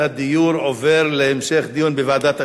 הדיור עובר להמשך דיון בוועדת הכספים.